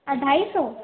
अढाई सौ